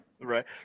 Right